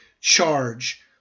charge